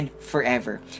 forever